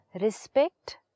respect